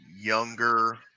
younger